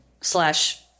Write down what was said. slash